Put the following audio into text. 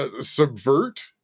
subvert